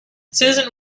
susan